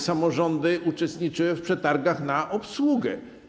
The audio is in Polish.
Samorządy uczestniczyły w przetargach na obsługę.